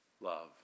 love